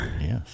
Yes